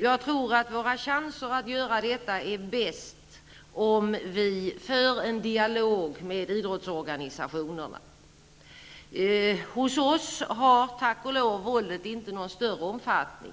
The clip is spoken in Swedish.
Jag tror att våra chanser att göra detta är störst, om vi för en dialog med idrottsorganisationerna. Hos oss har, tack och lov, våldet inte någon större omfattning.